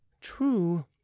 true